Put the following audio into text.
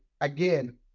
again